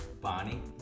Bonnie